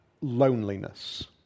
loneliness